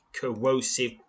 corrosive